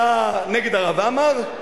אתה נגד הרב עמאר?